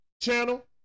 channel